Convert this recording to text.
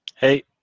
Hey